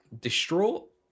distraught